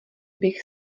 bych